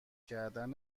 کردن